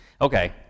Okay